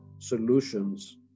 solutions